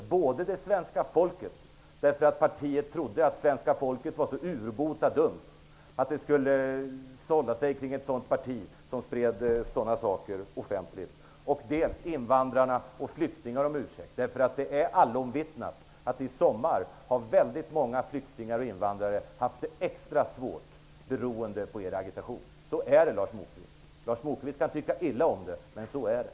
Han skall be svenska folket om ursäkt, därför att partiet trodde att svenska folket var så urbota dumt att det skulle sälla sig till ett parti som spred sådana yttranden offentligt. Han skall också be flyktingar och invandrare om ursäkt. Det är allomvittnat att många flyktingar och invandrare i sommar har haft det extra svårt beroende på er agitation. Så är det, Lars Moquist. Lars Moquist kan tycka illa om det, men så är det.